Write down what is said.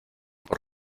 por